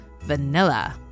vanilla